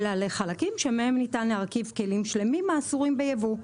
אלא לחלקים שמהם ניתן להרכיב כלים שלמים האסורים ביבוא,